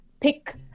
pick